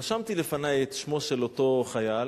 רשמתי לפני את שמו של אותו חייל.